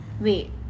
Wait